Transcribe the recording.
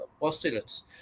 postulates